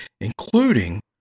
including